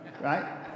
Right